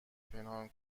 پنهان